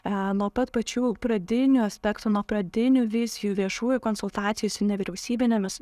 e nuo pat pačių pradinių aspektų nuo pradinių vizijų viešųjų konsultacijų su nevyriausybinėmis